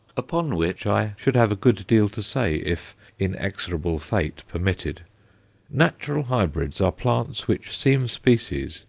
upon which i should have a good deal to say if inexorable fate permitted natural hybrids are plants which seem species,